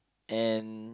and